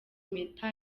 impeta